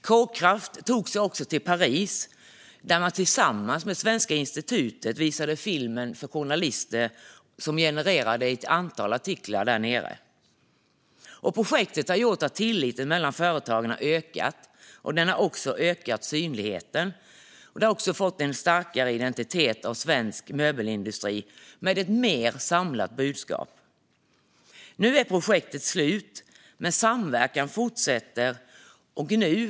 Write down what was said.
KKraft tog sig också till Paris, där man tillsammans med Svenska institutet visade filmen för journalister, vilket genererade ett antal artiklar där nere. Projektet har gjort att tilliten mellan företagen har ökat och har även ökat synligheten, vilket har gett en starkare identitet av svensk möbelindustri med ett mer samlat budskap. Nu är projektet slut, men samverkan fortsätter.